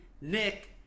Nick